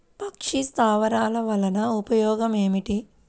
పక్షి స్థావరాలు వలన ఉపయోగం ఏమిటి?